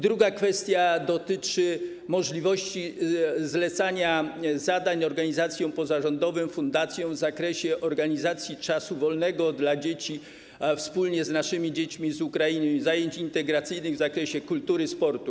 Druga kwestia dotyczy możliwości zlecania zadań organizacjom pozarządowym, fundacjom w zakresie organizacji czasu wolnego dla dzieci z Ukrainy wspólnie z naszymi dziećmi, zajęć integracyjnych w zakresie kultury i sportu.